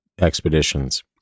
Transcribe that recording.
expeditions